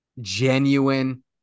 genuine